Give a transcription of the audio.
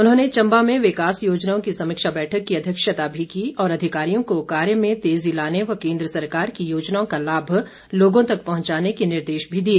उन्होंने चम्बा में विकास योजनाओं की समीक्षा बैठक की अध्यक्षता भी की और अधिकारियों को कार्य में तेजी लाने व केन्द्र सरकार की योजनाओं का लाभ लोगों तक पहुंचाने के निर्देश भी दिए